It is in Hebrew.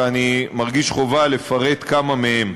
ואני מרגיש חובה לפרט כמה מהם: